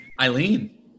Eileen